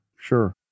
sure